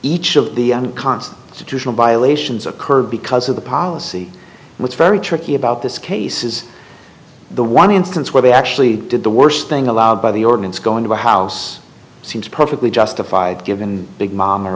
each of the constitutional violations occurred because of the policy and it's very tricky about this case is the one instance where they actually did the worst thing allowed by the ordinance going to the house seems perfectly justified given big mama or